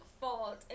fault